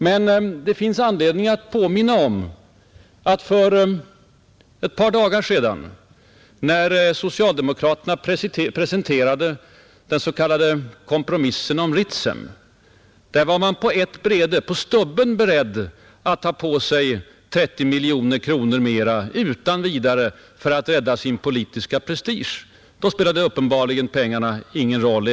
Men det är anledning att påminna om att socialdemokraterna för ett par dagar sedan när de presenterade den s.k. kompromissen om Ritsem var beredda att på stubben ta på sig 30 miljoner kronor mera för att rädda sin politiska prestige. Då spelade uppenbarligen pengarna ingen roll.